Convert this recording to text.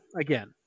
again